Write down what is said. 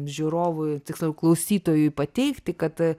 žiūrovui tiksliau klausytojui pateikti kad